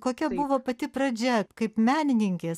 kokia buvo pati pradžia kaip menininkės